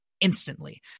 instantly